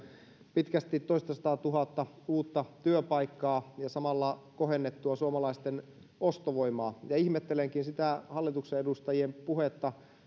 pitkästi toistasataatuhatta uutta työpaikkaa ja samalla kohennettua suomalaisten ostovoimaa ihmettelenkin hallituksen edustajien puhetta